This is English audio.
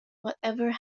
whatever